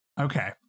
Okay